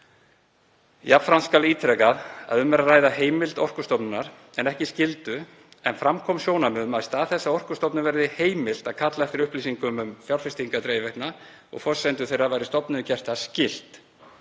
Jafnframt skal ítrekað að um er að ræða heimild Orkustofnunar en ekki skyldu en fram kom sjónarmið um að í stað þess að Orkustofnun verði heimilt að kalla eftir upplýsingum um fjárfestingar dreifiveitna og forsendur þeirra væri stofnuninni gert það skylt.